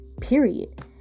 period